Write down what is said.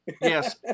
Yes